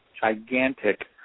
gigantic